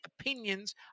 opinions